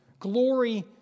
Glory